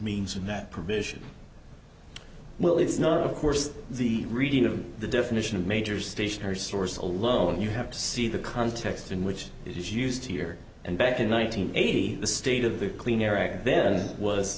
means in that provision well it's not of course the reading of the definition of major stationary source alone you have to see the context in which it is used here and back in one nine hundred eighty the state of the clean air act then was